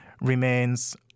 remains